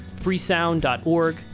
freesound.org